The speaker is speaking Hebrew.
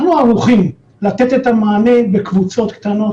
אנחנו ערוכים לתת את המענה בקבוצות קטנות